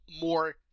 more